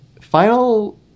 Final